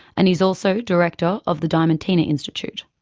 and he is also director of the diamantina institute.